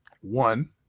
One